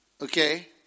Okay